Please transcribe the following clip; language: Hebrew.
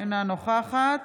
אינה נוכחת